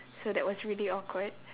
so that was really awkward